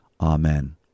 Amen